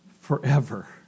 forever